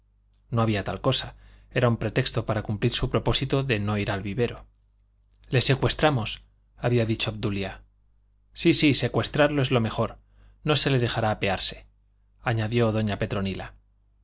no había tal cosa era un pretexto para cumplir su propósito de no ir al vivero le secuestramos había dicho obdulia sí sí secuestrarlo es lo mejor no se le dejará apearse añadió doña petronila